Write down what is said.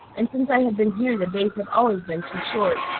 and since i have been here the days have always been too short.